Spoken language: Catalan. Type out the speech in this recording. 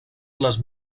les